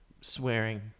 swearing